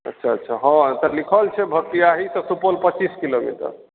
अच्छा अच्छा हँ से लिखल छै भपटियाही से सुपौल पच्चीस किलोमीटर